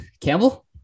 Campbell